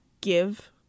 give